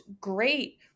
great